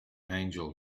angel